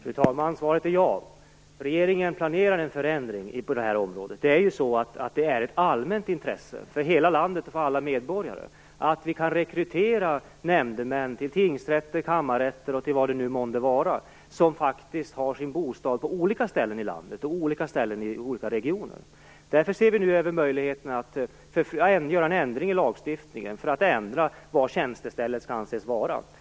Fru talman! Svaret är ja. Regeringen planerar en förändring på det här området. Det är ett allmänt intresse för hela landet och för alla medborgare att vi kan rekrytera nämndemän till tingsrätter, kammarrätter och vad det vara månde som faktiskt har sina bostäder på olika ställen i landet och i olika regioner. Därför ser vi nu över möjligheterna att göra en ändring i lagstiftningen när det gäller var tjänstestället skall anses vara.